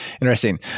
interesting